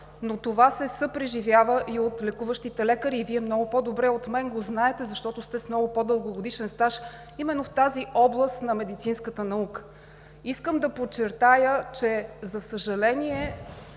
но то се съпреживява и от лекуващите лекари. Вие много по-добре от мен го знаете, защото сте с много по-дългогодишен стаж именно в тази област на медицинската наука. Искам да подчертая, че, за съжаление,